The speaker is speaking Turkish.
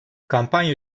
kampanya